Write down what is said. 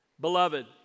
Beloved